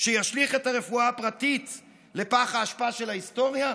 שישליך את הרפואה הפרטית לפח האשפה של ההיסטוריה?